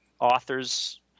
authors